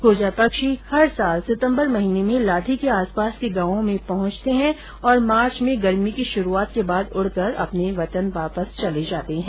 क्रजा पक्षी हर साल सितम्बर महीने में लाठी के आसपास के गांवों में पहुंच जाते हैं तथा मार्च में गर्मी की शुरुआत के बाद उड़कर अपने वतन वापस ेचले जाते है